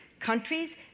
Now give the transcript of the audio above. countries